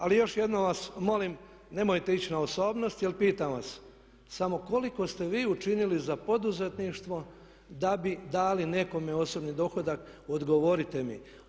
Ali još jedno vas molim, nemojte ići na osobnost jer pitam vas samo koliko ste vi učinili za poduzetništvo da bi dali nekome osobni dohodak odgovorite mi.